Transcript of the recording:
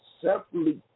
separately